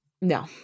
No